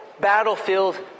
battlefield